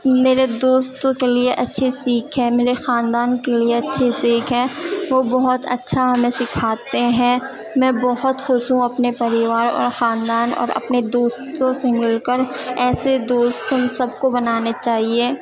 میرے دوستوں کے لیے اچھی سیکھ ہے میرے خاندان کے لیے اچھی سیکھ ہے وہ بہت اچھا ہمیں سکھاتے ہیں میں بہت خوش ہوں اپنے پریوار اور خاندان اور اپنے دوستوں سے مل کر ایسے دوست ہم سب کو بنانے چاہیے